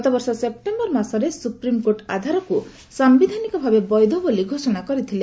ଗତବର୍ଷ ସେପ୍ଟେମ୍ବର ମାସରେ ସୁପ୍ରମିକୋର୍ଟ ଆଧାରକୁ ସାୟିଧାନିକ ଭାବେ ବୈଧ ବୋଲି ଘୋଷଣା କରିଥିଲେ